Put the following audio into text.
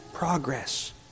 progress